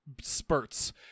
spurts